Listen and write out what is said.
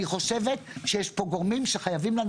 אני חושבת שיש פה גורמים שחייבים לנו